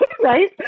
right